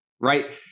Right